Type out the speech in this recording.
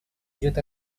идет